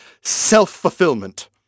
self-fulfillment